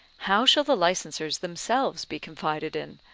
how shall the licensers themselves be confided in,